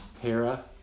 Hera